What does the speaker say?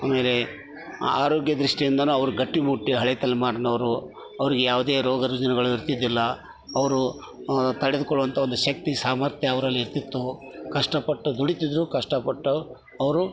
ಆಮೇಲೆ ಆರೋಗ್ಯ ದೃಷ್ಟಿಯಿಂದನು ಅವ್ರು ಗಟ್ಟಿಮುಟ್ಟು ಹಳೆ ತಲೆಮಾರಿನವರು ಅವ್ರ್ಗೆ ಯಾವುದೆ ರೋಗ ರುಜಿನಗಳು ಇರ್ತಿದ್ದಿಲ್ಲ ಅವರು ತಡೆದುಕೊಳ್ಳುವಂತ ಒಂದು ಶಕ್ತಿ ಸಾಮರ್ಥ್ಯ ಅವರಲ್ಲಿರ್ತಿತ್ತು ಕಷ್ಟಪಟ್ಟು ದುಡಿತಿದ್ದರು ಕಷ್ಟಪಟ್ಟು ಅವರು